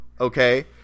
Okay